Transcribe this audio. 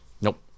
Nope